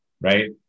Right